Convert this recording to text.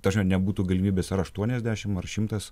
tame nebūtų galimybės ar aštuoniasdešimt ar šimtas